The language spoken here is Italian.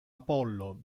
apollo